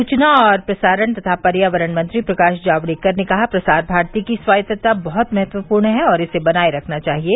सूचना और प्रसारण तथा पर्यावरण मंत्री प्रकाश जावड़ेकर ने कहा प्रसार भारती की स्वायत्तता बहुत महत्वपूर्ण है और इसे बनाये रखना चाहिये